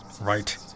right